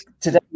today